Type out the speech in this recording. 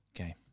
Okay